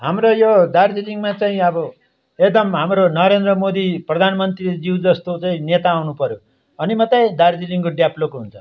हाम्रो यो दार्जिलिङमा चाहिँ अब एकदम हाम्रो नरेन्द्र मोदी प्रधान मन्त्रीज्यू जस्तो चाहिँ नेता आउनु पऱ्यो अनि मात्रै दार्जिलिङको डेभलोप हुन्छ